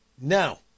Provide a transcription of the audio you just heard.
Now